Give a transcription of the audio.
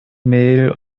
mehl